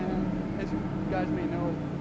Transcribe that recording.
and as you guys may know,